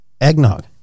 eggnog